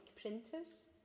printers